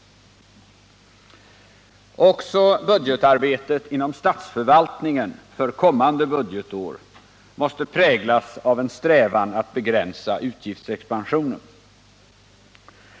Också budgetarbetet inom statsförvaltningen för kommande budgetår måste präglas av strävan att begränsa utgiftsexpansionen.